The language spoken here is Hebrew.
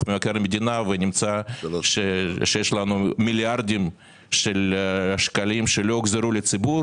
מבקר המדינה ונמצא שיש לנו מיליארדי שקלים שלא הוחזרו לציבור